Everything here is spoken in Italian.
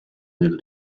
del